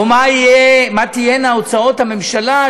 או מה תהיינה הוצאות הממשלה,